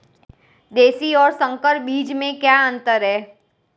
देशी और संकर बीज में क्या अंतर है?